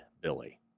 Billy